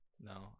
no